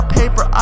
paper